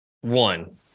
one